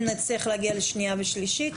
אם נצליח להגיע לשנייה ושלישית,